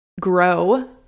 grow